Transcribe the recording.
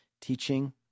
teaching